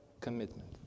commitment